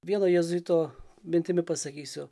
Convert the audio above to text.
vieno jėzuito mintimi pasakysiu